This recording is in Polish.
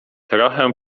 trochę